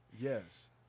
Yes